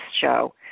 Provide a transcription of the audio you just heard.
show